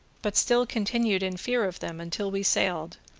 but still continued in fear of them until we sailed,